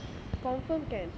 confirm can